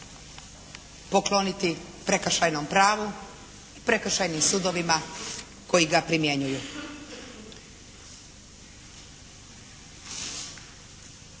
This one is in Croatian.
pokloniti prekršajnom pravu, prekršajnim sudovima koji ga primjenjuju.